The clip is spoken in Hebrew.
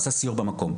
עשה סיור במקום,